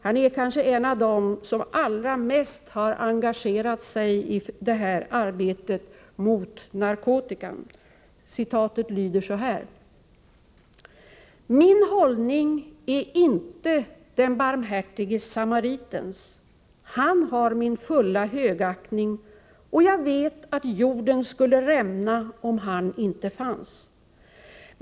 Han är nog en av dem som allra mest har engagerat sig i arbetet mot narkotikan. Citatet lyder: ”Min hållning är inte den barmhärtige samaritens. Han har min fulla högaktning och jag vet att jorden skulle rämna om han inte fanns.